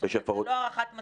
שאין ועדת פנים